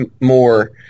more